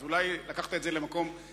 אז אולי לקחת את זה למקום רחוק.